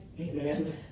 amen